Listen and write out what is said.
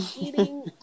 Eating